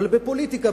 אבל בפוליטיקה,